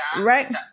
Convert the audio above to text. Right